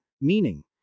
meaning